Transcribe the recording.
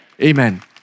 Amen